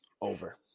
over